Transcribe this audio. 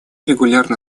регулярно